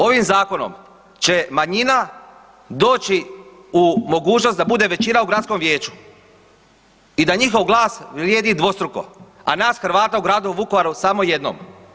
Ovim zakonom će manjina doći u mogućnost da bude većina u gradskom vijeću i da njihov glas vrijedi dvostruko, a nas Hrvata u gradu Vukovaru samo jednom.